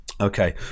Okay